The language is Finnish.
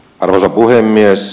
arvoisa puhemies